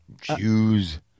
Jews